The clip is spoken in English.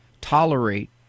tolerate